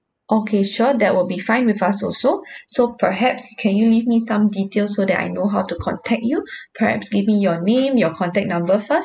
okay sure that will be fine with us also so perhaps can you give me some details so that I know how to contact you perhaps give me your name your contact number first